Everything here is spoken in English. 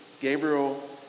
Gabriel